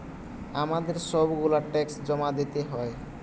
আমাদের সব গুলা ট্যাক্স জমা দিতে হয়